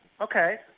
Okay